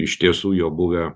iš tiesų jo buvę